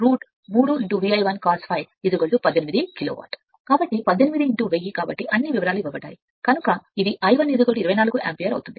కాబట్టి 18 1000 కాబట్టి I 1 అన్నివివరాలు ఇవ్వబడ్డాయి కనుక ఇది 24 యాంపియర్అవుతుంది